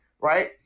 Right